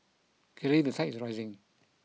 clearly the tide is rising